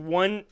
one